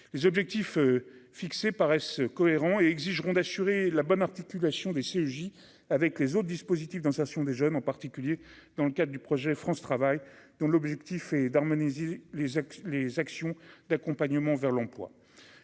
les objectifs fixés paraisse cohérent et exigeront d'assurer la bonne articulation des CEJ avec les autres dispositifs d'insertion des jeunes, en particulier dans le cadre du projet France travail dont l'objectif est d'harmoniser les les actions d'accompagnement vers l'emploi,